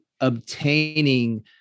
obtaining